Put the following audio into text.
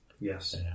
Yes